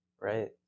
Right